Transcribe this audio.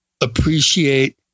appreciate